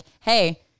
hey